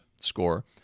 score